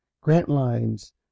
Grantline's